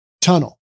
tunnel